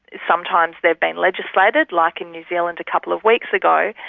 sometimes they've been legislated like in new zealand a couple of weeks ago,